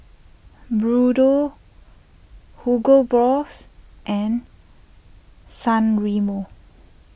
Bluedio Hugo Boss and San Remo